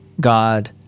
God